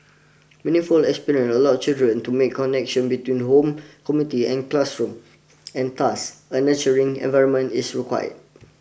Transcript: meaningful experiences allow children to make connections between home community and classroom and thus a nurturing environment is required